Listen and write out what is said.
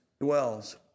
dwells